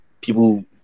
People